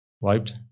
wiped